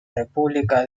república